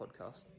podcast